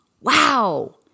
wow